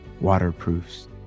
waterproofs